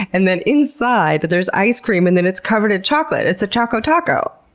and then inside there's ice cream, and then it's covered in chocolate it's a choco taco.